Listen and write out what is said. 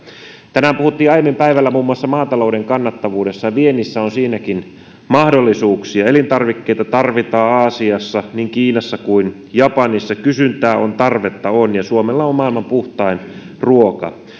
tänään puhuttiin aiemmin päivällä muun muassa maatalouden kannattavuudesta viennissä on siinäkin mahdollisuuksia elintarvikkeita tarvitaan aasiassa niin kiinassa kuin japanissa kysyntää on tarvetta on ja suomella on maailman puhtain ruoka